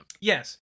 Yes